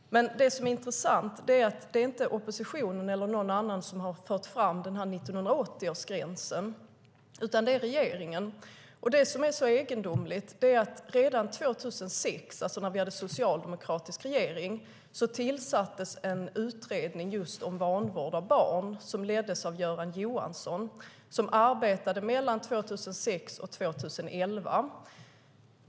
Det som är intressant är att det inte är oppositionen eller någon annan som har fört fram 1980-gränsen, utan det är regeringen. Det som är så egendomligt är att redan 2006, alltså när vi hade socialdemokratisk regering, tillsattes en utredning just om vanvård av barn som leddes av Göran Johansson, som arbetade mellan 2006 och 2011.